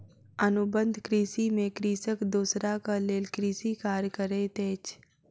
अनुबंध कृषि में कृषक दोसराक लेल कृषि कार्य करैत अछि